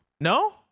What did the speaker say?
No